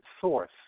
source